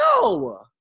no